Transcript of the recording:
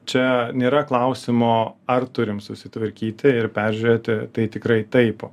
čia nėra klausimo ar turim susitvarkyti ir peržiūrėti tai tikrai taip